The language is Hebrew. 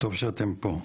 טוב שאתם פה.